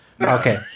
Okay